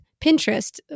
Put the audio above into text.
Pinterest